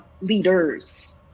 leaders